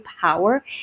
power